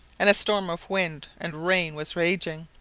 and a storm of wind and rain was raging.